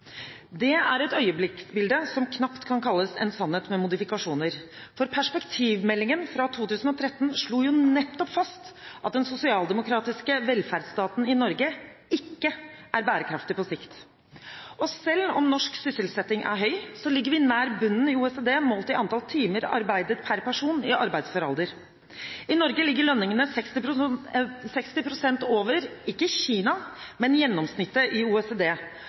det flere representanter som har framstilt norsk økonomi som bunnsolid. Det er et øyeblikksbilde som knapt kan kalles en sannhet med modifikasjoner, for perspektivmeldingen fra 2013 slo jo nettopp fast at den sosialdemokratiske velferdsstaten Norge ikke er bærekraftig på sikt. Selv om norsk sysselsetting er høy, ligger vi nær bunnen i OECD målt i antall timer arbeidet per person i arbeidsfør alder. I Norge ligger lønningene 60 pst. over – ikke Kina, men gjennomsnittet i OECD,